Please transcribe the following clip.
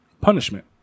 punishment